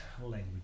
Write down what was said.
language